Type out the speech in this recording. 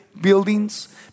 buildings